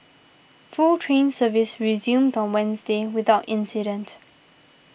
full train service resumed on Wednesday without incident